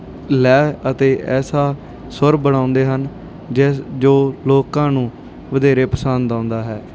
ਲੈਅ ਅਤੇ ਐਸਾ ਸੁਰ ਬਣਾਉਂਦੇ ਹਨ ਜਿਸ ਜੋ ਲੋਕਾਂ ਨੂੰ ਵਧੇਰੇ ਪਸੰਦ ਆਉਂਦਾ ਹੈ